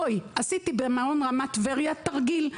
עשיתי במעון רמת טבריה תרגיל.